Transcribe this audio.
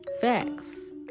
Facts